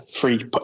free